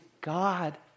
God